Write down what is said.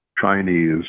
Chinese